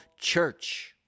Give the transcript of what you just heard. church